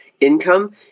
income –